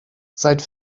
seit